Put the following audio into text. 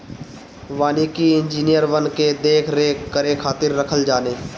वानिकी इंजिनियर वन के देख रेख करे खातिर रखल जाने